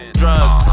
drugs